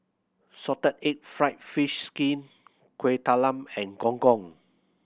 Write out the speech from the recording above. salted egg fried fish skin Kuih Talam and Gong Gong